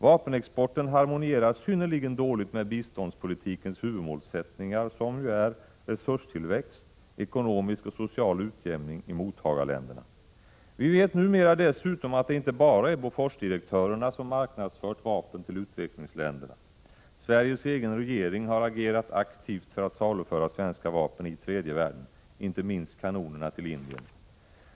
Vapenexporten harmonierar synnerligen dåligt med biståndspolitikens huvudmålsättningar, som ju är: resurstillväxt samt ekonomisk och social utjämning i mottagarländerna. 4 Vi vet numera dessutom att det inte bara är Boforsdirektörerna som marknadsfört vapen till utvecklingsländerna. Sveriges egen regering har agerat mycket aktivt för att saluföra svenska vapen i tredje världen, inte minst kanonerna till Indien.